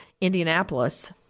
Indianapolis